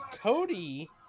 Cody